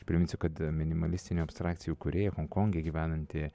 priminsiu kad minimalistinių abstrakcijų kūrėja honkonge gyvenanti